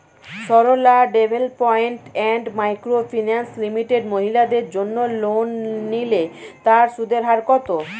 Sarala development and micro finance limited মহিলাদের জন্য loan নিলে তার সুদের হার কত?